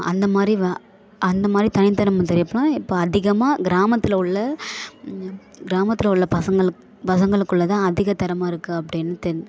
அந்தமாதிரி வ அந்தமாதிரி தனித்திறமை தெரிகிறப்ப இப்போ அதிகமாக கிராமத்தில் உள்ள கிராமத்தில் உள்ள பசங்களுக் பசங்களுக்குள்ள தான் அதிக திறமை இருக்குது அப்படின்னு தென்